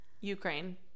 ukraine